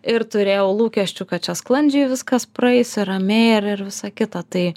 ir turėjau lūkesčių kad čia sklandžiai viskas praeis ramiai ir ir visa kita tai